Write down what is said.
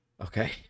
Okay